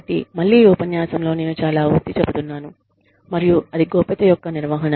కాబట్టి మళ్ళీ ఈ ఉపన్యాసంలో నేను చాలా ఒత్తి చెబుతున్నాను మరియు అది గోప్యత యొక్క నిర్వహణ